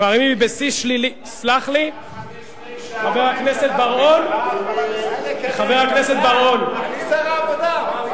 שקר, זה היה 5.9%. אני שר העבודה.